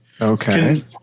Okay